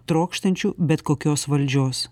trokštančių bet kokios valdžios